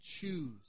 choose